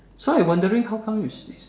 so I wondering how come is is